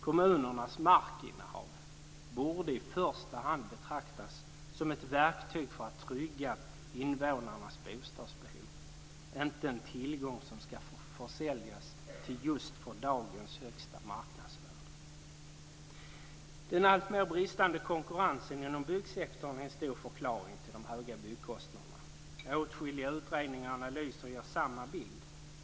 Kommunernas markinnehav borde i första hand betraktas som ett verktyg för att trygga invånarnas bostadsbehov. Det ska inte vara en tillgång som ska försäljas till just dagens högsta marknadsvärde. Den alltmer bristande konkurrensen inom byggsektorn är en stor förklaring till de höga byggkostnaderna. Åtskilliga utredningar och analyser ger samma bild.